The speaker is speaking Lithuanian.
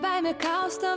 baimė kausto